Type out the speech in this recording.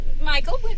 Michael